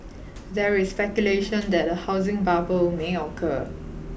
there is speculation that a housing bubble may occur